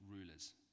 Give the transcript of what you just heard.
rulers